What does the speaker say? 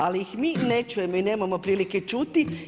Ali ih mi ne čujemo i nemamo prilike čuti.